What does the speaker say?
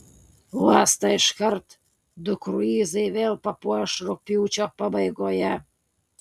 uostą iškart du kruizai vėl papuoš rugpjūčio pabaigoje